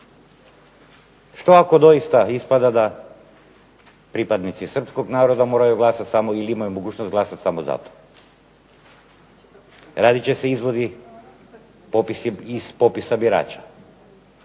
Što ako doista ispada pripadnici Srpskog naroda moraju glasati samo za to ili imaju mogućnost glasati samo za to, radi će se izvodi iz popisa birača